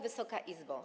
Wysoka Izbo!